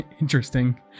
interesting